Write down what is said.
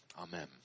Amen